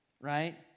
right